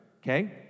okay